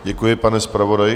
Děkuji, pane zpravodaji.